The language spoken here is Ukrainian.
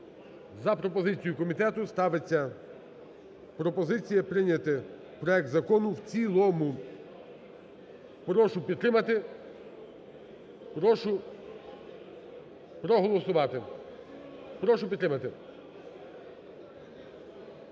За пропозицію комітету ставиться пропозиція прийняти проект закону в цілому. Прошу підтримати, прошу проголосувати. Прошу підтримати.